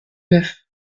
neuf